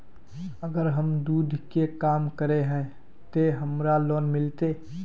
अगर हम दूध के काम करे है ते हमरा लोन मिलते?